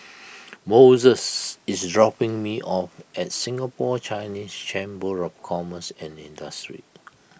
Moses is dropping me off at Singapore Chinese Chamber of Commerce and Industry